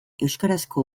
euskarazko